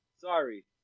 Sorry